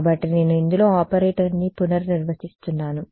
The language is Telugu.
కాబట్టి నేను ఇందులో ఆపరేటర్ని పునర్నిర్వచిస్తున్నాను